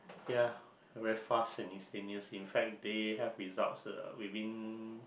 ya very fast and instantaneous in fact they have results uh within